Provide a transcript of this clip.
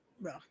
bro